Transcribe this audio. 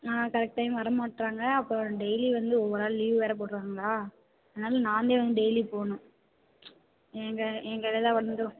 ஆ correct time வரமாட்டுறாங்க அப்புறம் டெய்லியும் வந்து ஒவ்வொரு ஆள் லீவ் வேறு போட்டுறாங்களா அதனால் நானே வந்து டெய்லி போகணும் எங்கள் எங்கள் இதில் வந்துடும்